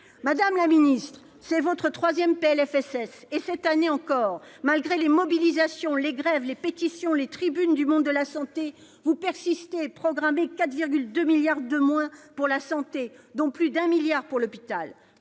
Madame la ministre, c'est votre troisième PLFSS et, cette année encore, malgré les mobilisations, les grèves, les pétitions, les tribunes du monde de la santé, vous persistez à programmer 4,2 milliards d'euros de moins pour la santé, dont plus d'un milliard pour l'hôpital.